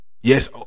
Yes